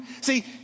see